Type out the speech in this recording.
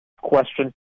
question